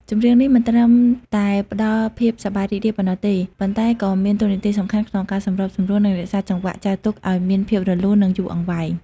ចម្រៀងនេះមិនត្រឹមតែផ្តល់ភាពសប្បាយរីករាយប៉ុណ្ណោះទេ ប៉ុន្តែក៏មានតួនាទីសំខាន់ក្នុងការសម្របសម្រួល និងរក្សាចង្វាក់ចែវទូកឲ្យមានភាពរលូន និងយូរអង្វែង។